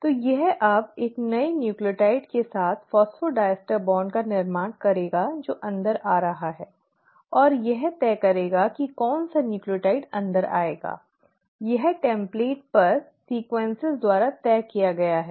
तो यह अब एक नए न्यूक्लियोटाइड के साथ फॉस्फोडिएस्टर बॉन्ड का निर्माण करेगा जो अंदर आ रहा है और यह तय करेगा कि कौन सा न्यूक्लियोटाइड अंदर आएगा यह टेम्पलेट पर अनुक्रम द्वारा तय किया गया है